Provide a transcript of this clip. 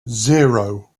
zero